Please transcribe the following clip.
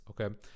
okay